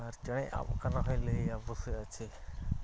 ᱟᱨ ᱪᱮᱬᱮᱭ ᱟᱵ ᱟᱠᱟᱱ ᱨᱮᱦᱚᱸᱭ ᱞᱟᱹᱭᱮᱫᱼᱟᱭ ᱵᱚᱥᱮ ᱟᱪᱷᱮ